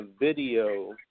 video